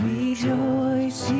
Rejoice